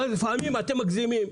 אבל לפעמים אתם מגזימים.